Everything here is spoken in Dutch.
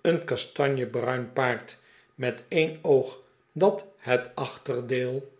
een kastanjebruin paard met een oog dat het achterdeel